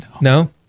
No